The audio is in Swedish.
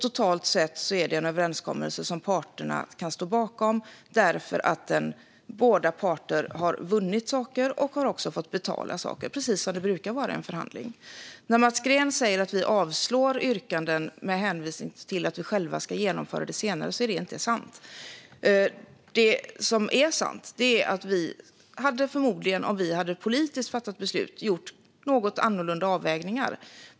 Totalt sett är det en överenskommelse som parterna kan stå bakom därför att båda parter har vunnit saker och har fått betala saker - precis som det brukar vara i en förhandling. Mats Green säger att vi avslår yrkanden med hänvisning till att vi själva ska genomföra det senare, men det är inte sant. Det som är sant är att vi förmodligen, om vi hade fattat beslut politiskt, hade gjort något annorlunda avvägningar.